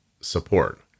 support